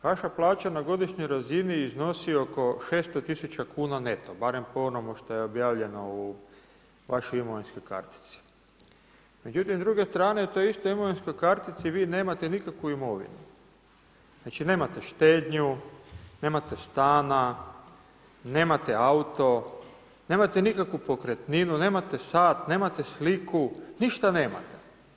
Vaša plaća na godišnjoj razini iznosi oko 600.000 kuna neto barem po onomu što je objavljeno u vašoj imovinskoj kartici, međutim s druge strane na toj istoj imovinskoj kartici vi nemate nikakvu imovinu, znači nemate štednju, nemate stana, nemate auto, nemate nikakvu pokretninu, nemate sat, nemate sliku, ništa nemate.